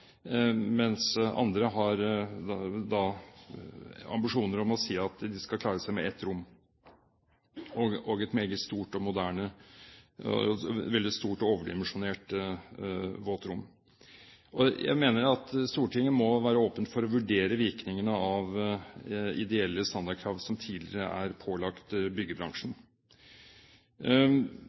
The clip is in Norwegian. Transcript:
mens andre har ambisjoner om at de skal klare seg med ett rom og et meget stort og overdimensjonert våtrom. Jeg mener at Stortinget må være åpent for å vurdere virkningene av ideelle standardkrav som tidligere er pålagt byggebransjen.